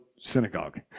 synagogue